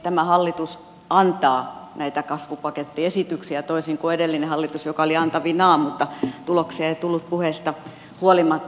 tämä hallitus antaa näitä kasvupakettiesityksiä toisin kuin edellinen hallitus joka oli antavinaan mutta tuloksia ei tullut puheesta huolimatta